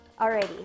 Alrighty